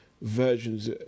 versions